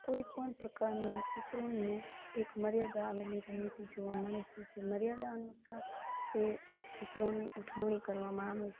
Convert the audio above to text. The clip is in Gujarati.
કોઈપણ પ્રકારના ચિત્રોનો એક મર્યાદા આવેલી રહેલી જોવા મળે છે જે મર્યાદા મર્યાદા અનુસાર તે ચિત્રોની ઉઠવણી કરવામાં આવે છે